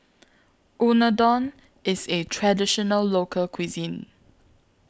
Unadon IS A Traditional Local Cuisine